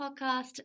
Podcast